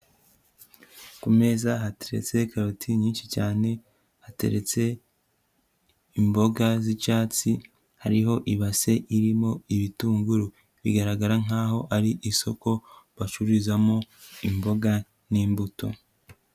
Ku meza hateretse karoti nyinshi cyane, hateretse imboga z'icyatsi, hariho ibase irimo ibitunguru, bigaragara nkaho ari isoko bacururizamo imboga n'imbuto.